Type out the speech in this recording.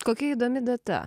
kokia įdomi data